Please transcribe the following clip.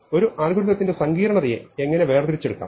ഒരു അൽഗോരിതത്തിന്റെ സങ്കീർണ്ണതയെ എങ്ങനെ വേർതിരിച്ചെടുക്കാം